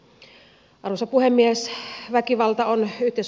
arvoisa puhemies